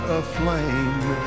aflame